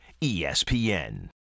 ESPN